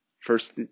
First